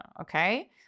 Okay